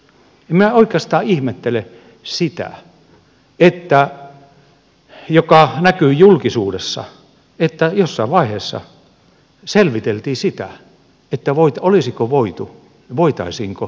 en minä oikeastaan ihmettele sitä mikä näkyi julkisuudessa että jossain vaiheessa selviteltiin sitä voitaisiinko kunnallisvaaleja siirtää